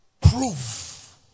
proof